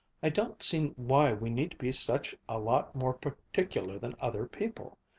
i don't see why we need to be such a lot more particular than other people.